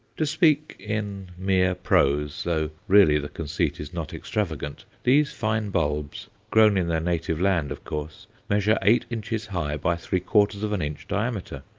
to speak in mere prose though really the conceit is not extravagant these fine bulbs, grown in their native land, of course, measure eight inches high by three-quarters of an inch diameter.